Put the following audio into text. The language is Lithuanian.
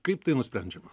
kaip tai nusprendžiama